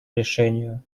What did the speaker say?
решению